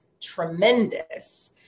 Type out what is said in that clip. tremendous